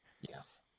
Yes